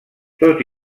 tot